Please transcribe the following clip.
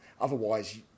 Otherwise